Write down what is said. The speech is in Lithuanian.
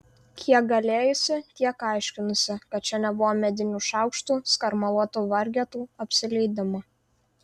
kiek galėjusi tiek aiškinusi kad čia nebuvo medinių šaukštų skarmaluotų vargetų apsileidimo